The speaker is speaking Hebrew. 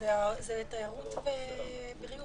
--- זה תיירות ובריאות.